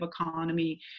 economy